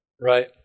Right